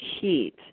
heat